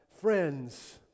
friends